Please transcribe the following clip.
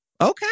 okay